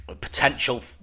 potential